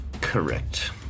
Correct